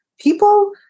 people